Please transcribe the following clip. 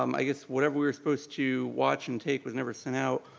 um i guess whatever we were supposed to watch and take was never sent out.